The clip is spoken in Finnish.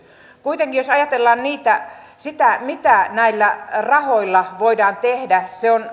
kuitenkin jos ajatellaan sitä mitä näillä rahoilla voidaan tehdä niillä voidaan tehdä